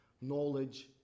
knowledge